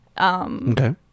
Okay